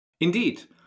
Indeed